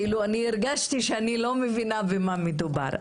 הרגשתי שאני לא מבינה במה מדובר.